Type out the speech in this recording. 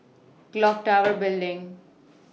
Clock Tower Building